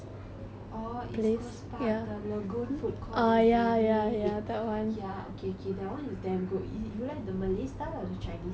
orh east coast park the lagoon food court is it ya okay okay that one is damn good you you like the malay style or the chinese style